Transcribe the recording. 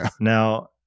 Now